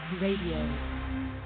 radio